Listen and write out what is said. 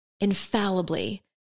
infallibly